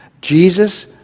Jesus